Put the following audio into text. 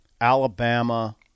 Alabama